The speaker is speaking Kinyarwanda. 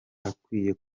akwiye